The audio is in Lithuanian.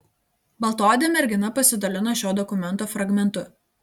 baltaodė mergina pasidalino šio dokumento fragmentu